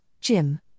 Jim